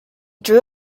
drew